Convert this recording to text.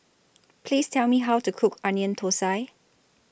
Please Tell Me How to Cook Onion Thosai